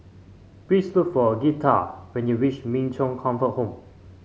please look for Girtha when you reach Min Chong Comfort Home